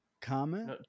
comment